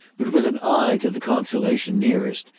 but with an eye to the consolation nearest,